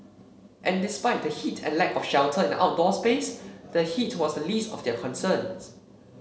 and despite the heat and lack of shelter in the outdoor space the heat was the least of their concerns